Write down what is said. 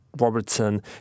Robertson